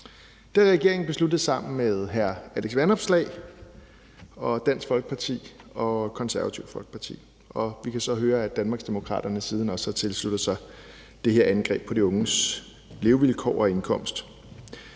Det har regeringen besluttet sammen med hr. Alex Vanopslagh og Dansk Folkeparti og Det Konservative Folkeparti. Og vi kunne så høre, at Danmarksdemokraterne siden også har tilsluttet sig det her angreb på de unges levevilkår og indkomst.